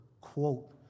quote